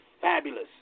fabulous